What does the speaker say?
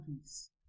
peace